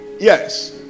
Yes